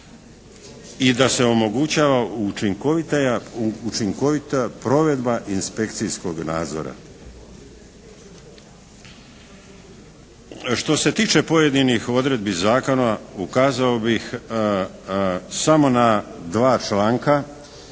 i da se omogućava učinkovita provedba inspekcijskog nadzora. Što se tiče pojedinih odredbi zakona ukazao bih samo na dva članka